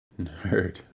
Nerd